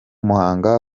muhanga